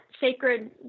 sacred